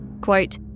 Quote